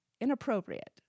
inappropriate